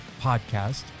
podcast